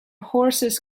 horses